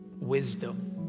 wisdom